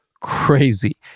crazy